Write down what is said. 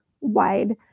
wide